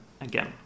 again